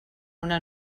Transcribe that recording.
una